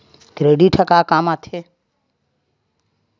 Credit ह का काम आथे?